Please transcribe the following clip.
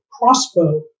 crossbow